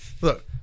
Look